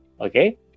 Okay